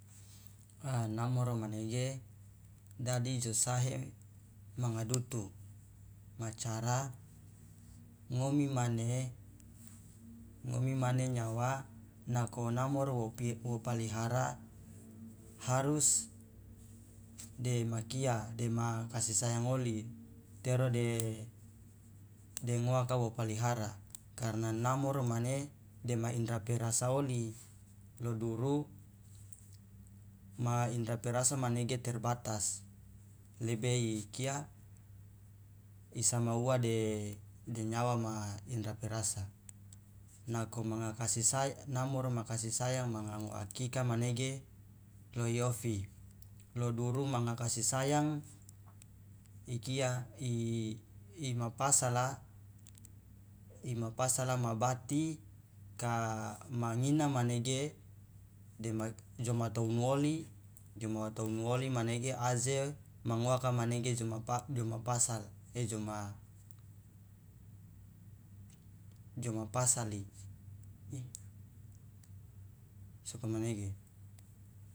a namoro manege dadi ja sahe manga dutu ma cara ngomi mane ngomi mane nyawa nako namoro wo pi wo palihara harus dema kia dema kasi sayang oli tero de de ngoaka wa palihara karna namoro mane dema indra perasa oli lo duru ma indra perasa manege terbatas lebe ikia isama uwa de nyawa ma indra perasa nako manga kasisa namoro ma kasi sayang manga ngoakika manege lo iofi lo duru manga kasi sayang ikia ima pasala ima pasala mabati ka mangina manege dema jo ma tounoli joma tounoli manege aje mangoaka manege joma pa pasala e joma jo ma pasali sokomanege.